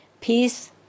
peace